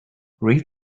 read